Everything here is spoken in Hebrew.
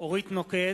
אורית נוקד,